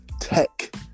tech